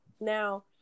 Now